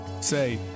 say